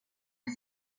que